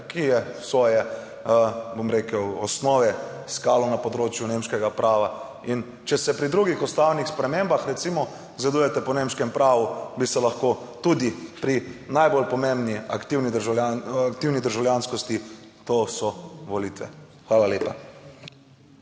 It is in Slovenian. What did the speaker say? ki je svoje, bom rekel, osnove iskalo na področju nemškega prava. Če se pri drugih ustavnih spremembah recimo zgledujete po nemškem pravu, bi se lahko tudi pri najbolj pomembni aktivni državljanskosti, to so volitve. Hvala lepa.